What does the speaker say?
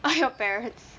your parents